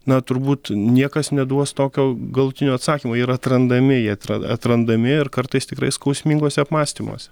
na turbūt niekas neduos tokio galutinio atsakymo jie yra atrandami jie atra atrandami ir kartais tikrai skausminguose apmąstymuose